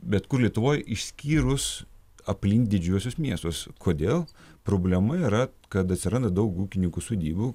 bet kur lietuvoj išskyrus aplink didžiuosius miestus kodėl problema yra kad atsiranda daug ūkininkų sodybų